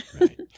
right